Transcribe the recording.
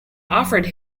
offered